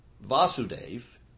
Vasudev